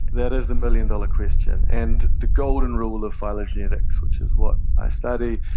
that is the million-dollar question, and the golden rule of phylogenetics, which is what i study,